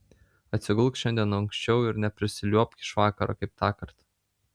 atsigulk šiandien anksčiau ir neprisiliuobk iš vakaro kaip tąkart